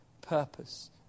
purpose